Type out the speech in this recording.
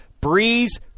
Breeze